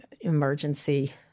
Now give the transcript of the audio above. emergency